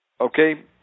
okay